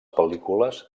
pel·lícules